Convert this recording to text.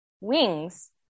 Wings